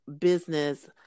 business